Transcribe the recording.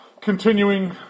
continuing